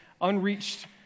unreached